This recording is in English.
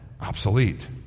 obsolete